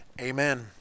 Amen